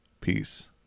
peace